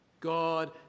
God